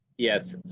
yes,